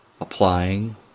applying